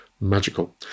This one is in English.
magical